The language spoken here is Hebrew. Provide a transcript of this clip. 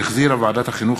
שהחזירה ועדת החינוך,